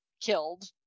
killed